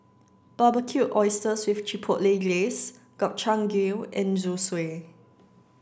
barbecued oysters with Chipotle Glaze Gobchang gui and Zosui